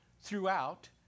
throughout